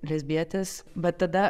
lesbietes bet tada